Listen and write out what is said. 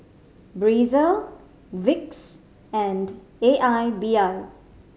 Breezer Vicks and A I B I